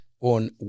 on